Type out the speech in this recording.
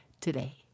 today